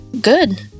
good